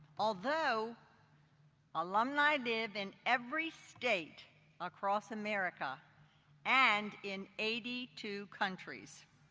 although alumni live in every state across america and in eighty two countries.